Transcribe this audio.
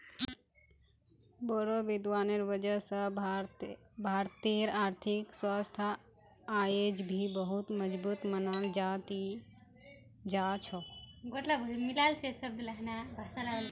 बोड़ो विद्वानेर वजह स भारतेर आर्थिक व्यवस्था अयेज भी बहुत मजबूत मनाल जा ती जा छ